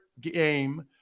game